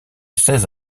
seize